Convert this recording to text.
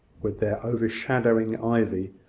with their overshadowing ivy,